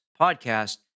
podcast